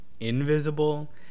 Invisible